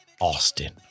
Austin